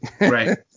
Right